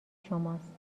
شماست